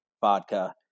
vodka